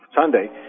Sunday